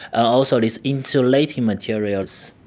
also these insulating materials.